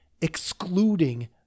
excluding